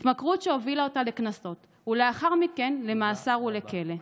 התמכרות שהובילה אותה לקנסות ולאחר מכן למאסר ולכלא.